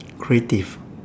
creative